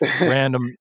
random